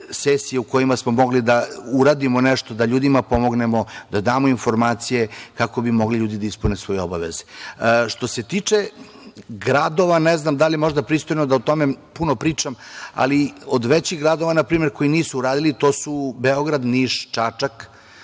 sesije“, u kojima smo mogli da uradimo nešto, da ljudima pomognemo, da damo informacije kako bi mogli ljudi da ispune svoje obaveze. Što se tiče gradova, ne znam da li je možda pristojno da o tome puno pričam, ali od većih gradova na primer koji nisuu radili to su Beograd, Niš, Čačak,